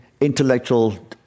intellectual